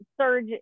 surge